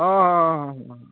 हँ हँ हँ हँ